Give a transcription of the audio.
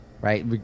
Right